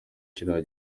kiriya